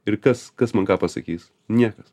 ir kas kas man ką pasakys niekas